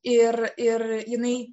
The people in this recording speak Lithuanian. ir ir jinai